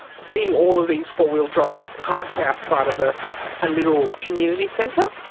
seeing all of these four-wheel-drives parked outside of a ah little community centre,